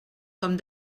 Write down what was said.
com